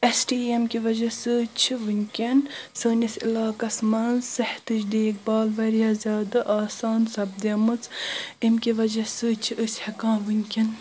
S T M کہِ وجہ سۭتۍ چھ ونکیٚں سٲنس علاقس منٛز صحتچ دیکھ بال واریاہ زیادٕ آسان سپدیمٕژ امہِ کہ وجہ سۭتۍ چھ أسۍ ہیٚکان ونکیٚن